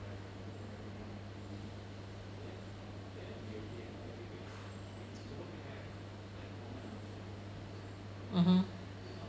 mmhmm